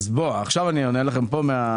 עכשיו אני אענה לכם מהתרשומת.